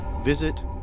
visit